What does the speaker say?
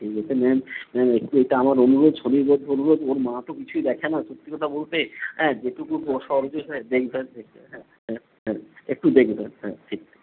দেখেন ম্যাম হুম একটু এটা আমার অনুরোধ সনির্বদ্ধ অনুরোধ ওর মা তো কিছুই দেখে না সত্যি কথা বলতে হুম যেটুকু দেখবেন হ্যাঁ হুম হুম একটু দেখবেন হ্যাঁ ঠিক